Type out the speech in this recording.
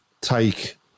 take